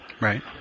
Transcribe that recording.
Right